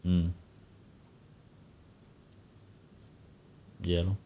mm ya lor